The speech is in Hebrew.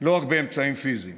לא רק באמצעים פיזיים